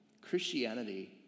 Christianity